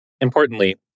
Importantly